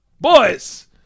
Boys